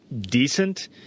decent